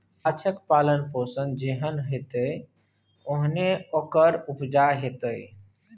गाछक पालन पोषण जेहन हेतै ओहने ओकर उपजा हेतै